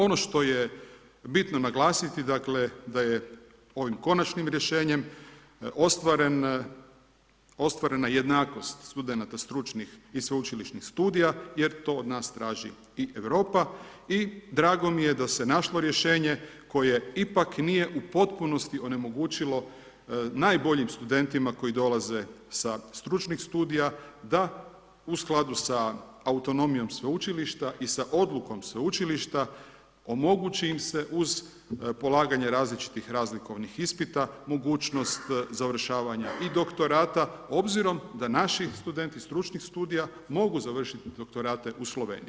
Ono što je bitno naglasiti dakle da je ovim konačnim rješenjem ostvarena jednakost studenata stručnih i sveučilišnih studija jer to od nas traži i Europa i drago mi je da se našlo rješenje koje ipak nije u potpunosti onemogućilo najboljim studentima koji dolaze sa stručnih studija da u skladu sa autonomijom sveučilišta i sa odlukom sveučilišta, omogući im se uz polaganje različitih razlikovnih ispita, mogućnost završavanja i doktorata obzirom d naši studenti stručnih studija mogu završiti doktorate u Sloveniji.